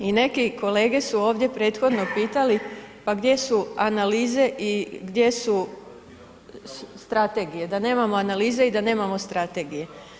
I neki kolege su ovdje prethodno pitali, pa gdje su analize i gdje su strategije, da nemamo analiza i da nemamo strategije.